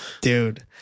Dude